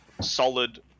solid